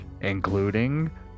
including